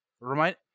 Remind